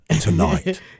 tonight